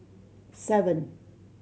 seven